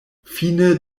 fine